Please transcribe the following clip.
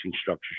structure